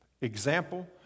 Example